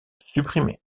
supprimé